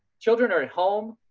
children are at home,